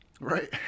right